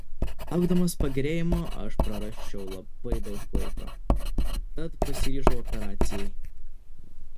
laukdamas pagerėjimo aš prarasčiau labai daug laiko tad pasiryžau operacijai